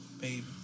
Baby